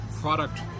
product